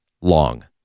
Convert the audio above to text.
long